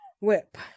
Whip